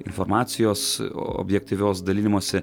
informacijos objektyvios dalinimosi